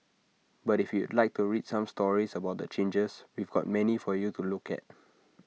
but if you'd like to read some stories about the changes we've got many for you to look at